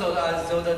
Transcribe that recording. אין בעיה.